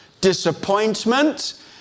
disappointment